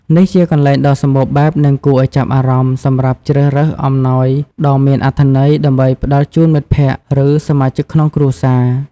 នេះជាកន្លែងដ៏សម្បូរបែប និងគួរឱ្យចាប់អារម្មណ៍ សម្រាប់ជ្រើសរើសអំណោយដ៏មានអត្ថន័យ ដើម្បីផ្ដល់ជូនមិត្តភក្តិ ឬសមាជិកក្នុងគ្រួសារ។